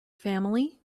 family